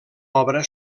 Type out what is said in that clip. obra